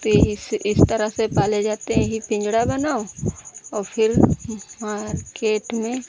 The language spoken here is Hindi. कि इस इस तरह से पाले जाते हैं यही पिंजड़ा बनाओ और फिर खेत में